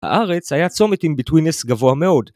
הארץ היה צומת עם בטווינס גבוה מאוד.